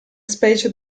specie